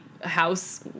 house